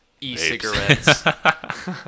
E-cigarettes